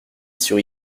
sur